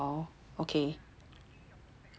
!wow! okay